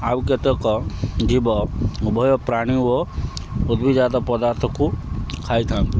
ଆଉ କେତେକ ଯିବ ଉଭୟ ପ୍ରାଣୀ ଓ ଉଦ୍ଭିଦଜାତ ପଦାର୍ଥକୁ ଖାଇଥାନ୍ତି